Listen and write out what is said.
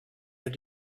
had